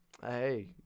Hey